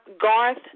Garth